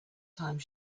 time